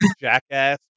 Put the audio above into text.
Jackass